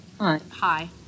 Hi